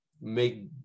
make